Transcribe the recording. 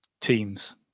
teams